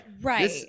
right